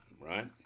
right